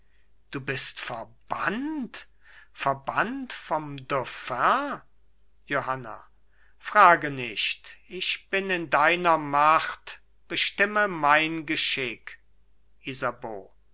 du bist verbannt verbannt vom dauphin johanna frage nicht ich bin in deiner macht bestimme mein geschick isabeau